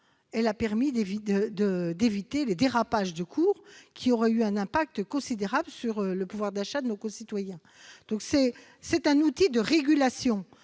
il a permis d'éviter les dérapages de cours qui auraient eu un impact considérable sur le pouvoir d'achat de nos concitoyens. C'est un outil de régulation,